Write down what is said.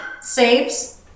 saves